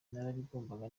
narabibonaga